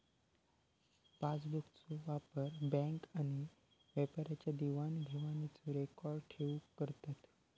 पासबुकचो वापर बॅन्क आणि व्यापाऱ्यांच्या देवाण घेवाणीचो रेकॉर्ड ठेऊक करतत